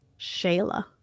Shayla